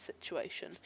situation